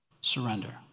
surrender